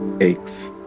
aches